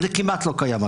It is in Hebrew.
זה כמעט לא קיים,